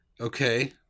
Okay